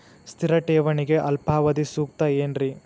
ಸ್ಥಿರ ಠೇವಣಿಗೆ ಅಲ್ಪಾವಧಿ ಸೂಕ್ತ ಏನ್ರಿ?